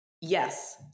yes